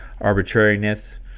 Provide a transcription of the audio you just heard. arbitrariness